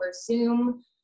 zoom